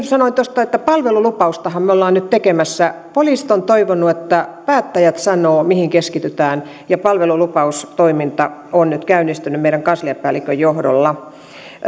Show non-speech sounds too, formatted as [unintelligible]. [unintelligible] sanoin että palvelulupaustahan me olemme nyt tekemässä poliisit ovat toivoneet että päättäjät sanovat mihin keskitytään palvelulupaustoiminta on nyt käynnistynyt meidän kansliapäällikön johdolla